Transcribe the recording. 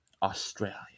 australia